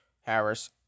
Harris